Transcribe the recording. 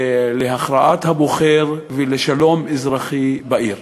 להכרעת הבוחר ולשלום אזרחי בעיר.